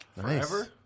forever